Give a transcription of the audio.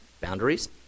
boundaries